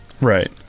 Right